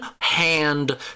hand